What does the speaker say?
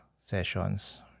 sessions